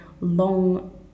long